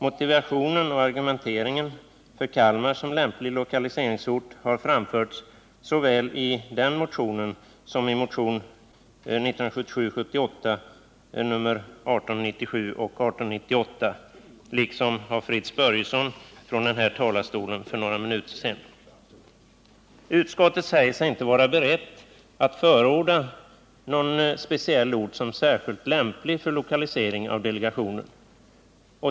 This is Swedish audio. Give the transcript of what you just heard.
Motiven och argumenteringen för Kalmar som lämplig lokaliseringsort har framförts såväl i den motionen som i motionerna 1977/78:1897 och 1898, liksom av Fritz Börjesson från denna talarstol för några minuter sedan. Utskottet säger sig inte vara berett att förorda någon speciell ort som särskilt lämplig för lokalisering av delegationen.